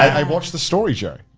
and i've watched the story, joey.